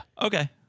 Okay